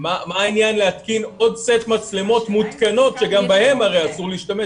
מה העניין להתקין עוד סט מצלמות שגם בהן הרי אסור להשתמש?